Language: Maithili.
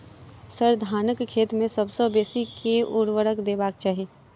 सर, धानक खेत मे सबसँ बेसी केँ ऊर्वरक देबाक चाहि